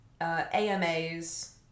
AMAs